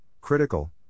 critical